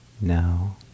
now